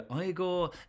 Igor